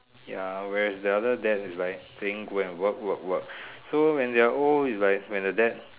ya whereas the other dad is like playing go and work work work so when they're old is like when the dad